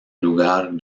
lugar